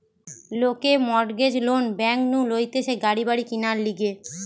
লোকে mortgage loan bank নু লইতেছে গাড়ি বাড়ি কিনার লিগে